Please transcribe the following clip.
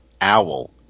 owl